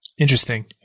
Interesting